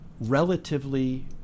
Relatively